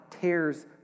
tears